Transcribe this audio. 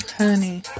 Honey